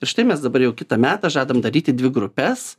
ir štai mes dabar jau kitą metą žadam daryti dvi grupes